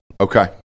okay